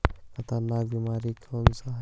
खतरनाक बीमारी कौन सा है?